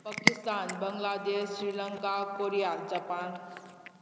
Pakistan Bangladesh Sri Lanka Korea Japan